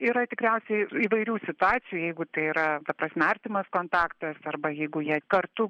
yra tikriausiai įvairių situacijų jeigu tai yra ta prasme artimas kontaktas arba jeigu jie kartu